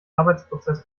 arbeitsprozess